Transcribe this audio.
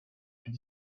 plus